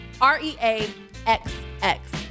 R-E-A-X-X